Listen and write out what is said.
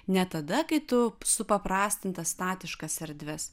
ne tada kai tu supaprastintas statiškas erdves